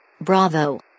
Bravo